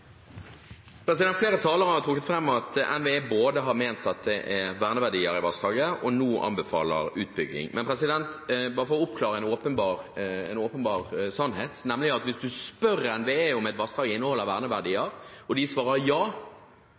verneverdier i vassdraget, men nå anbefaler utbygging. Men bare for å oppklare noe rundt en åpenbar sannhet: Hvis man spør NVE om et vassdrag inneholder verneverdier, og de svarer ja,